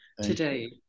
today